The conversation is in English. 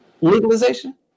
legalization